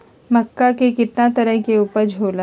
मक्का के कितना तरह के उपज हो ला?